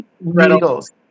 Needles